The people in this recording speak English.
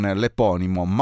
l'eponimo